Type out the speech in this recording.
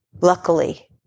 Luckily